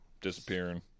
disappearing